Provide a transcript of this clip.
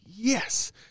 Yes